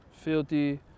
Filthy